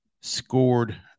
scored